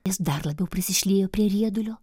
jis dar labiau prisišliejo prie riedulio